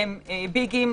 שהם ביגים,